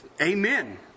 amen